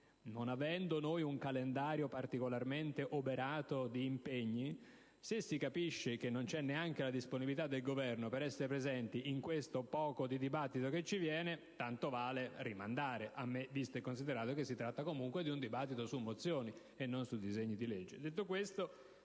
Non avendo noi un calendario particolarmente oberato di impegni, se non c'è neanche la disponibilità del Governo ad essere presente in questo breve dibattito, allora tanto vale rimandare, visto e considerato che si tratta di una discussione su mozioni e non su disegni di legge.